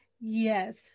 Yes